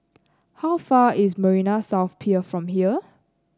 how far is Marina South Pier from here